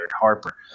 Harper